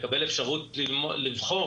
מקבל אפשרות לבחור.